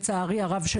לצערי הרב,